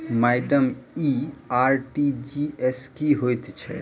Madam इ RTGS की होइ छैय?